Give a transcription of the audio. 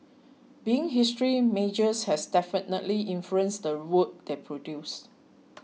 being history majors has definitely influenced the work they produce